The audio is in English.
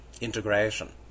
integration